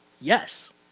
Yes